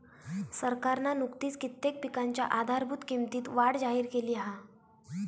सरकारना नुकतीच कित्येक पिकांच्या आधारभूत किंमतीत वाढ जाहिर केली हा